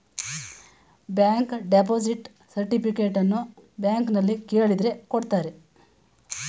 bank deposit ಸರ್ಟಿಫಿಕೇಟನ್ನು ಬ್ಯಾಂಕ್ನಲ್ಲಿ ಕೇಳಿದ್ರೆ ಕೊಡ್ತಾರೆ